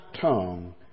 tongue